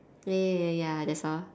ya ya ya ya that's all